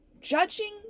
Judging